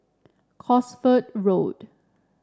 Cosford Road